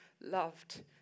loved